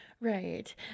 right